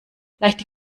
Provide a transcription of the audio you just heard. leichte